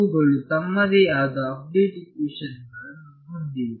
ಅವುಗಳು ತಮ್ಮದೇ ಆದ ಅಪ್ಡೇಟ್ ಇಕ್ವೇಶನ್ ಗಳನ್ನು ಹೊಂದಿದೆ